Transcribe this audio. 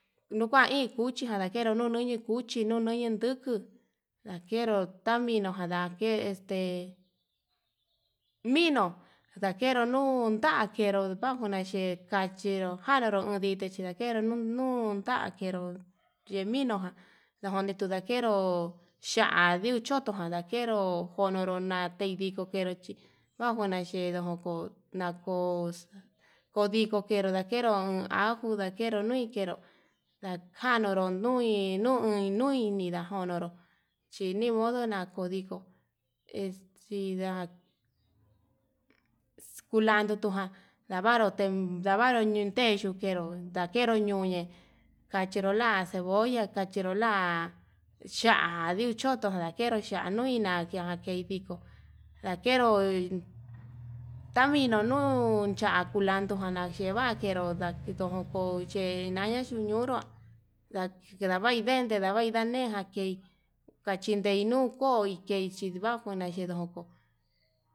Nuu kuan iin cuchi ndanajenru nunui nu cuchi nuu nayan nduku ndakero, taminujan ndakero mino'o ndakeru nuu ndakero kuakuna yee kachinro kanuru uun ndita chinakero uu nun nankero, lleminujan yakini tuu ndakero nduu xha ndixhoto nanakero konoro nate iin viko kenro chi vanguina chenro ko'o, nakox kondiko kenro ndakero ajo nakero nakero nui kenró ndajnuru nui, ninu uin nui ndajonoro chinimodo nakuni ngo estida kulandu tuján ndavaru ten ndavaru tunten yukero ndakero ñuñe, kachinro la cebolla kachero la ya'á yuu choto ndakero ya'á nuina ndakei viko ndakero taminu nuu, cha kulandu jan nakeva'a ndakero ndojoko che ñaña chuñuru nda kedavai nden kedavai nden najan kei kachinen nuu ko'o intei nichi kua kuna ke'e ndoko.